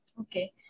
okay